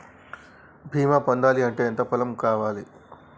బీమా పొందాలి అంటే ఎంత పొలం కావాలి?